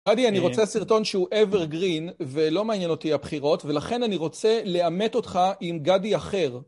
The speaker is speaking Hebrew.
גדי, אני רוצה סרטון שהוא evergreen, ולא מעניין אותי הבחירות, ולכן אני רוצה לאמת אותך עם גדי אחר.